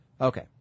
Okay